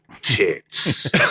tits